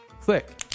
click